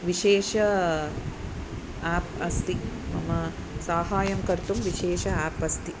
विशेषम् आप् अस्ति मम साहाय्यं कर्तुं विशेषम् आप् अस्ति